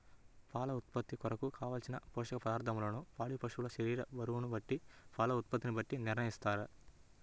పాల ఉత్పత్తి కొరకు, కావలసిన పోషక పదార్ధములను పాడి పశువు శరీర బరువును బట్టి పాల ఉత్పత్తిని బట్టి నిర్ణయిస్తారా?